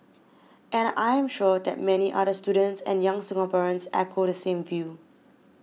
and I am sure that many other students and young Singaporeans echo the same view